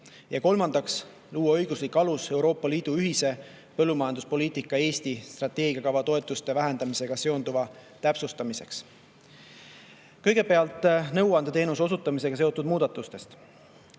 ja kolmandaks luua õiguslik alus Euroopa Liidu ühise põllumajanduspoliitika Eesti strateegiakava toetuste vähendamisega seonduva täpsustamiseks. Kõigepealt nõuandeteenuse osutamisega seotud muudatustest.